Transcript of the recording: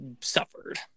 suffered